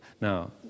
Now